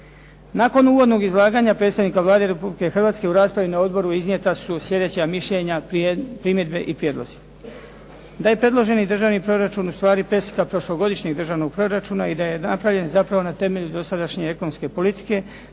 Nakon uvodnog izlaganja predstavnika Vlade Republike Hrvatske u raspravi na odboru iznijeta su slijedeća mišljenja, primjedbe i prijedlozi. Da je predloženi Državni proračun ustvari preslika prošlogodišnjeg državnog proračuna i da je napravljen zapravo na temelju dosadašnje ekonomske politike